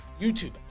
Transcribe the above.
YouTube